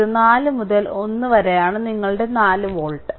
ഇത് 4 മുതൽ 1 വരെയാണ് നിങ്ങളുടെ 4 വോൾട്ട്